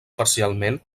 parcialment